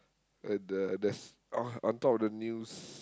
uh the the s~ oh on on top of the news